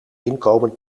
inkomen